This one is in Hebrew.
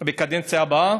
בקדנציה הבאה,